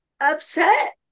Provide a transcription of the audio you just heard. upset